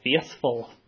faithful